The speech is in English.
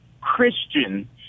Christian